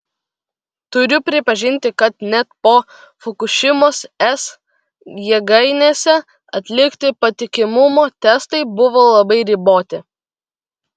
turiu pripažinti kad net po fukušimos es jėgainėse atlikti patikimumo testai buvo labai riboti